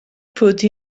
put